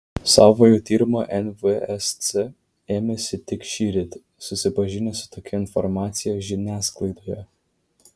savojo tyrimo nvsc ėmėsi tik šįryt susipažinę su tokia informacija žiniasklaidoje